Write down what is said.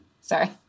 Sorry